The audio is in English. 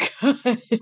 good